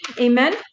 Amen